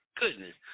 goodness